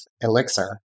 Elixir